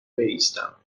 بایستم